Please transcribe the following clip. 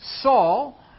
Saul